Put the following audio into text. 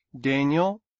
Daniel